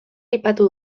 aipatu